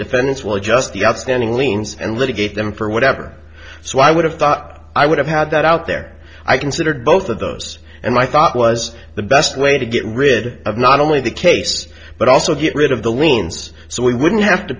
defendants will adjust the outstanding liens and litigate them for whatever so i would have thought i would have had that out there i considered both of those and i thought was the best way to get rid of not only the case but also get rid of the liens so we wouldn't have to